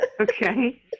Okay